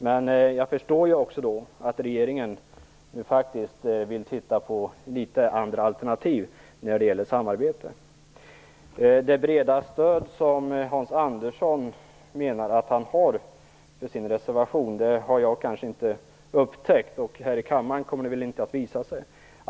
Men jag förstår också att regeringen vill titta på andra alternativ när det gäller samarbete. Det breda stöd som Hans Andersson menar att han har för sin reservation har jag inte upptäckt. Här i kammaren kommer det väl inte att visa sig.